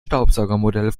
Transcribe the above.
staubsaugermodell